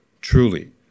truly